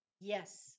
Yes